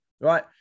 right